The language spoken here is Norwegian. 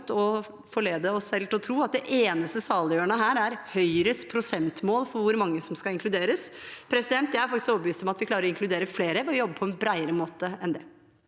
å forlede oss selv til å tro at det eneste saliggjørende her er Høyres prosentmål for hvor mange som skal inkluderes. Jeg er faktisk overbevist om at vi klarer å inkludere flere ved å jobbe på en bredere måte enn det.